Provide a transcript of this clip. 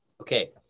Okay